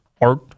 Art